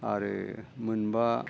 आरो मोनबा